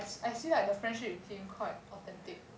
I I see like the friendship with him quite authentic